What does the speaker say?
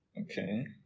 okay